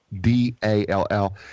D-A-L-L